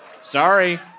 sorry